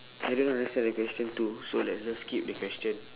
I don't understand the question too so let's just skip the question